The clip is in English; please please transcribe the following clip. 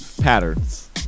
patterns